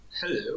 Hello